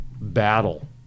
battle